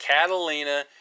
Catalina